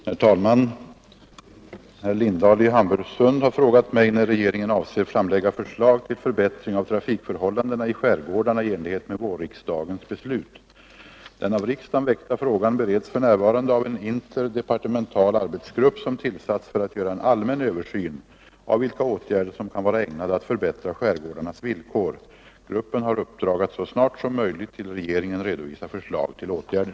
Herr talman! Herr Lindahl i Hamburgsund har frågat mig när regeringen avser att framlägga förslag till förbättring av trafikförhållandena i skärgårdarna i enlighet med vårriksdagens beslut. Den av riksdagen väckta frågan bereds för närvarande av en interdepartemental arbetsgrupp som tillsatts för att göra en allmän översyn av vilka åtgärder som kan vara ägnade att förbättra skärgårdarnas villkor. Gruppen har uppdrag att så snart som möjligt till regeringen redovisa förslag till åtgärder.